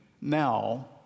now